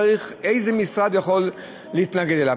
איזה משרד יכול להתנגד לה?